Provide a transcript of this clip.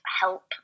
help